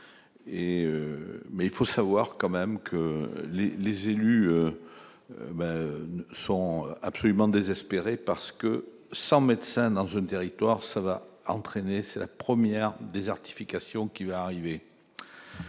mais il faut savoir quand même que les les élus sont absolument désespérée parce que sans médecin dans un territoire ça va entraîner, c'est la première désertification qui va arriver,